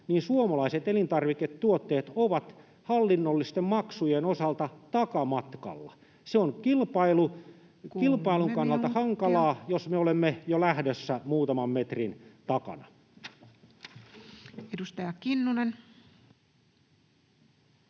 mukaan suomalaiset elintarviketuotteet ovat hallinnollisten maksujen osalta takamatkalla. Se on kilpailun kannalta hankalaa, jos me olemme jo lähdössä muutaman metrin takana. [Speech